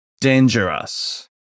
Dangerous